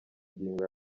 ngingo